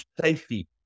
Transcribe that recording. safety